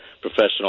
professional